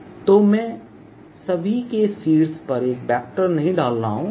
EnetE0 P30 Pe0Enet तो मैं सभी के शीर्ष पर एक वेक्टर नहीं डाल रहा हूं